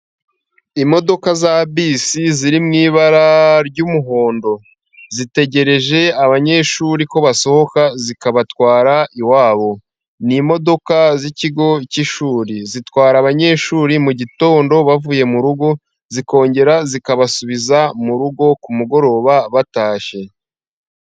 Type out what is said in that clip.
Imodoka za bisi ziriw ibara ry'umuhondo zitegereje abanyeshuri ko basohoka zikabatwara iwabo, n'imodoka zikigo cyishuri, zitwara abanyeshuri mugitondo bavuye murugo zi, kongera zikabasubiza murugo kumugoroba batashye.